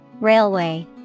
Railway